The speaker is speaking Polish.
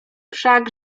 wszak